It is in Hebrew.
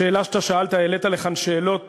השאלה שאתה שאלת, העלית לכאן שאלות